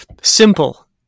simple